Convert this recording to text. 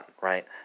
right